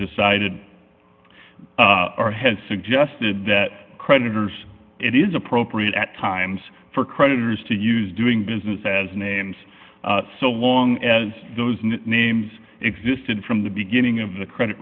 decided has suggested that creditors it is appropriate at times for creditors to use doing business as names so long as those names existed from the beginning of the credit